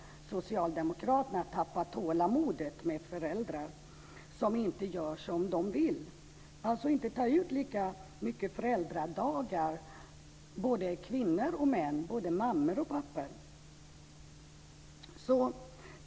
Socialdemokraterna har tappat tålamodet med föräldrar som inte gör som de vill. De vill att mammor och pappor ska ta ut lika många föräldradagar.